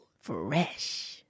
Fresh